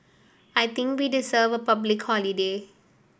I think we deserve public holiday